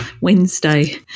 Wednesday